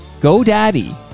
GoDaddy